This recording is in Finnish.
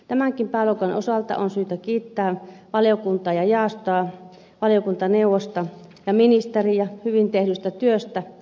tämänkin pääluokan osalta on syytä kiittää valiokuntaa ja jaostoa valiokuntaneuvosta ja ministeriä hyvin tehdystä työstä